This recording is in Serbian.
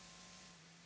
Hvala.